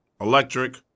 electric